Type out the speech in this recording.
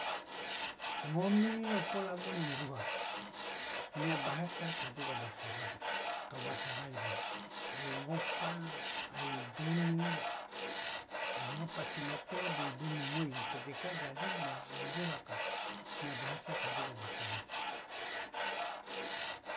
Ngomi o pola moi mi rua mia bahasa kaduga bahasa laba kao bahasa ai ngopa ai dunu ai ngopa sinoto de ai dunu moi ngopedeka jadi mia miruaka mia bahasa kaduga bahasa laba.